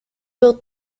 built